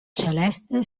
celeste